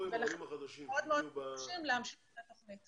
אנחנו מאוד מאוד רוצים להמשיך את התוכנית